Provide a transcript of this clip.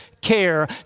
Care